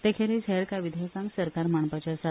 तेखेरीज हेर कांय विधेयकांय सरकार मांडपाचो आसा